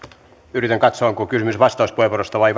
yritän katsoa onko kysymys vastauspuheenvuorosta vai